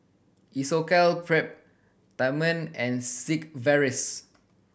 Isocal and Sigvaris